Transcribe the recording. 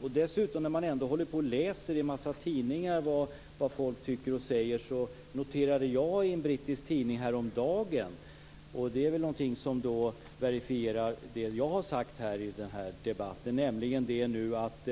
När vi är inne på vad man läser i tidningar om vad folk tycker och säger kan jag berätta att jag i en tidning häromdagen noterade att